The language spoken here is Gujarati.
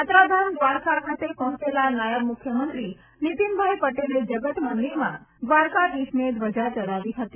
યાત્રાધામ દ્વારકા ખાતે પહોંચેલા નાયબ મુખ્યમંત્રી નીતિનભાઈ પટેલે જગત મંદિરમાં દ્વારકાધીશને ધ્વજા ચઢાવી હતી